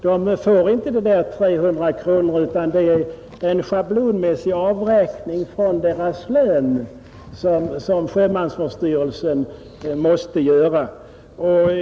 De får inte ut dessa 300 kronor, utan sjömansvårdsstyrelsen måste göra en schablonmässig avräkning från lönen.